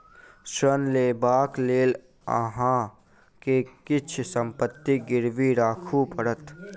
ऋण लेबाक लेल अहाँ के किछ संपत्ति गिरवी राखअ पड़त